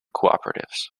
cooperatives